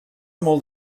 molt